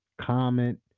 comment